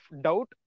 doubt